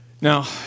Now